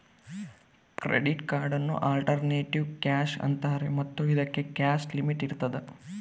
credit ಕಾರ್ಡನ್ನು alternative cash ಅಂತಾರೆ ಮತ್ತು ಇದಕ್ಕೆ ಕ್ಯಾಶ್ ಲಿಮಿಟ್ ಇರ್ತದ